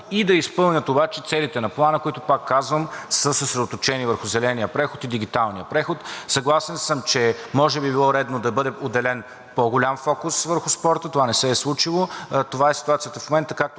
и да изпълнят обаче целите на Плана, които, пак казвам, са съсредоточени върху зеления преход и дигиталния преход. Съгласен съм, че може би би било редно да бъде отделен по голям фокус върху спорта, но това не се е случило. Това е ситуацията в момента. Както